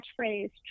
catchphrase